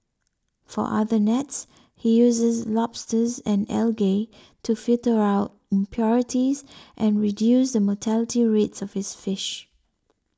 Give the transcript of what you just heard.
for other nets he uses lobsters and algae to filter out impurities and reduce the mortality rates of his fish